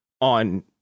on